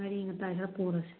ꯉꯥꯔꯤ ꯉꯥꯇꯥꯏ ꯈꯔ ꯄꯨꯔꯁꯤ